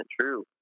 true